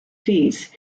fees